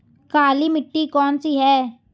काली मिट्टी कौन सी है?